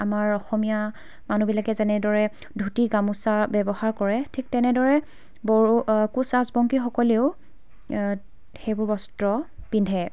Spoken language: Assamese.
আমাৰ অসমীয়া মানুহবিলাকে যেনেদৰে ধুতি গামোচা ব্যৱহাৰ কৰে ঠিক তেনেদৰে বড়ো কোচ ৰাজবংশীসকলেও সেইবোৰ বস্ত্ৰ পিন্ধে